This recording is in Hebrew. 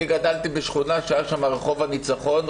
אני גדלתי בשכונה שהיה בה רחוב הניצחון,